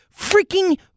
freaking